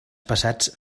passats